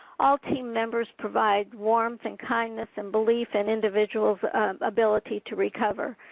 all team members provide warmth and kindness and belief in individual's ability to recover.